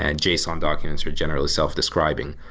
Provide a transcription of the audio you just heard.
and json documents are generally self-describing.